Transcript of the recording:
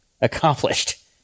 accomplished